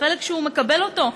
בחלק שהוא מקבל אותו,